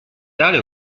tale